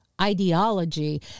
ideology